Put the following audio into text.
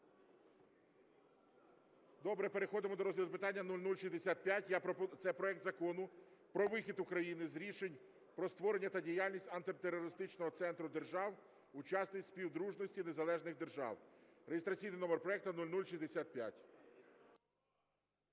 Добре. Переходимо до розгляду питання 0065. Це проект Закону про вихід України з Рішень про створення та діяльність Антитерористичного центру держав-учасниць Співдружності Незалежних Держав (реєстраційний номер проекту 0065).